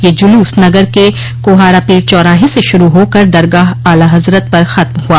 यह जुलूस नगर के कुहारा पीर चौराहे से शुरू होकर दरगाह आला हज़रत पर खत्म हुआ